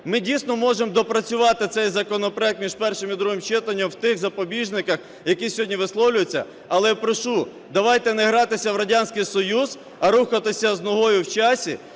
Ми дійсно можемо допрацювати цей законопроект між першим і другим читанням в тих запобіжниках, які сьогодні висловлюються. Але прошу, давайте не гратися в Радянський Союз, а рухатися з ногою в часі